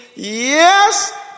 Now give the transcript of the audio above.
Yes